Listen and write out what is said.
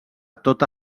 tota